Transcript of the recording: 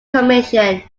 commission